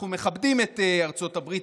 אנחנו מכבדים את ארצות הברית,